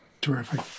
Terrific